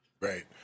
right